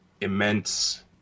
immense